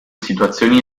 situazioni